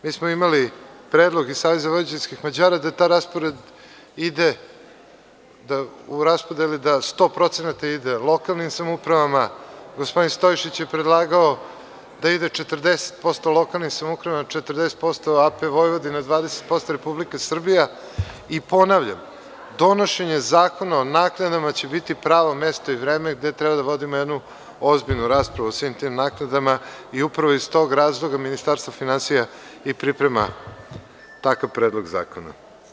Mi smo imali predlog i SVM da taj raspored ide u raspodeli da 100% ide lokalnim samoupravama, gospodin Stojšić je predlagao da ide 40% lokalnim samoupravama, 40% AP Vojvodina, 20% Republika Srbija i ponavljam, donošenje zakona o naknadama će biti pravo mesto i vreme gde treba da vodimo jednu ozbiljnu raspravu o svim tim naknadama i upravo iz tog razloga Ministarstvo finansija i priprema takav predlog zakona.